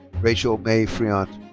rachel mae friant.